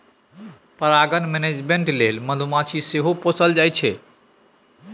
परागण मेनेजमेन्ट लेल मधुमाछी सेहो पोसल जाइ छै